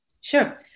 Sure